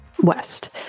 west